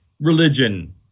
religion